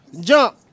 Jump